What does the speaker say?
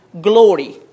glory